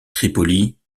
tripoli